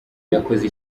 yakoze